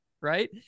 Right